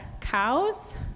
cows